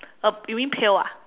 uh you mean pail ah